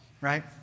right